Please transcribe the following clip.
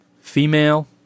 Female